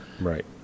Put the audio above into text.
Right